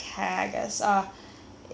um he had a moustache